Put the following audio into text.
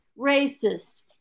racist